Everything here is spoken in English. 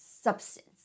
substance